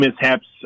mishaps